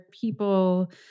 people